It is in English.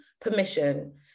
permission